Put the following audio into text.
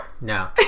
No